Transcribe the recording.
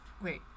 Wait